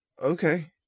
Okay